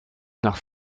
nach